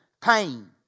pain